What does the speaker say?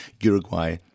Uruguay